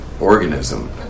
organism